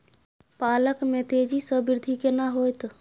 पालक में तेजी स वृद्धि केना होयत?